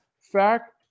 Fact